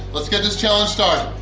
let's get this challenge started!